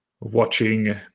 watching